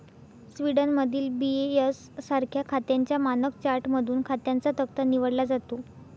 स्वीडनमधील बी.ए.एस सारख्या खात्यांच्या मानक चार्टमधून खात्यांचा तक्ता निवडला जातो